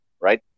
Right